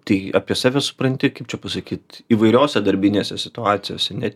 tai apie save supranti kaip čia pasakyt įvairiose darbinėse situacijose ne